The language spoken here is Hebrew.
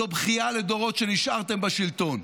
זו בכייה לדורות שנשארתם בשלטון.